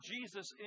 Jesus